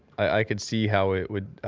i could see how it would